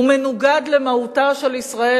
הוא מנוגד למהותה של ישראל,